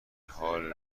حال